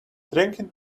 drinking